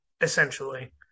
essentially